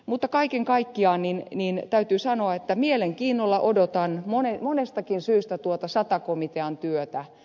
mutta kaiken kaikkiaan täytyy sanoa että mielenkiinnolla odotan monestakin syystä tuota sata komitean työtä